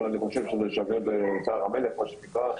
אבל אני חושב שזה שווה באוצר המלך מה שנקרא.